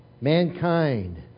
Mankind